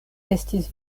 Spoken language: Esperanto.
estis